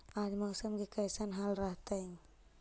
आज मौसम के कैसन हाल रहतइ?